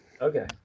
Okay